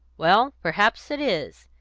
well, perhaps it is,